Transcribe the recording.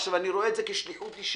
ועכשיו אני רואה את זה כשליחות אישית,